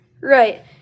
Right